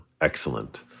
excellent